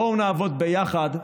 בואו נעבוד ביחד.